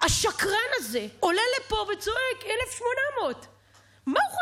השקרן הזה עולה לפה וצועק: 1,800. מה הוא חושב,